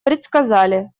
предсказали